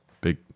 big